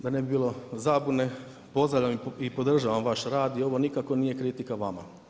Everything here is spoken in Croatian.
Da ne bi bilo zabune, pozdravljam i podržavam vaš rad i ovo nikako nije kritika vama.